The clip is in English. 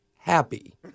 happy